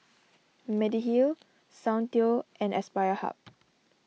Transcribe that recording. Mediheal Soundteoh and Aspire Hub